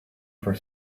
for